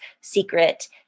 secret